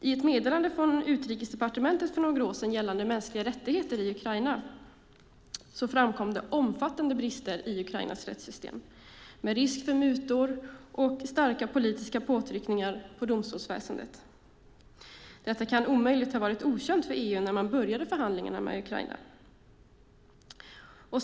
I ett meddelande från Utrikesdepartementet för några år sedan gällande mänskliga rättigheter i Ukraina framkom omfattande brister i Ukrainas rättssystem - med risk för mutor och starka politiska påtryckningar på domstolsväsendet. Detta kan omöjligen ha varit okänt för EU när man påbörjade förhandlingarna med Ukraina.